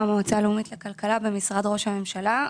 מהמועצה הלאומית לכלכלה במשרד ראש הממשלה.